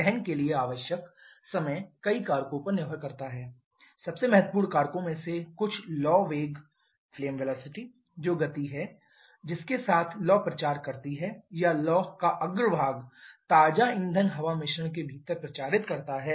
दहन के लिए आवश्यक समय कई कारकों पर निर्भर कर सकता है सबसे महत्वपूर्ण कारकों में से कुछ लौ वेग हैं जो गति है जिसके साथ लौ प्रचार करती है या लौ का अग्रभाग ताजा ईंधन हवा मिश्रण के भीतर प्रचारित करता है